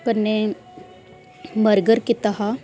कन्नै बर्गर कीता हा